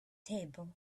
table